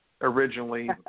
originally